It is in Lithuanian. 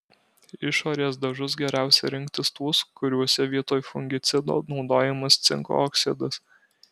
išorės dažus geriausia rinktis tuos kuriuose vietoj fungicido naudojamas cinko oksidas